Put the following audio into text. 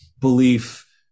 belief